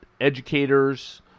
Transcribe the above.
educators